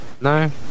No